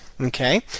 okay